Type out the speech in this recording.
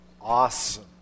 Awesome